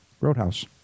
Roadhouse